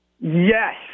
Yes